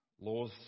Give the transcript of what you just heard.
laws